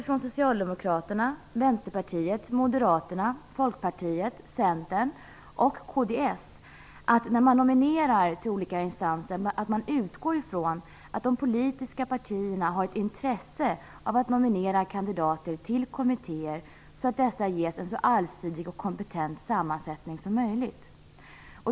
Från Socialdemokraterna, Vänsterpartiet, Moderaterna, Folkpartiet, Centern och från kds skriver man att man vid nominering till olika instanser utgår ifrån att de politiska partierna har ett intresse av att nominera kandidater till kommittéer så att dessa ges en så allsidig och kompetent sammansättning som möjligt.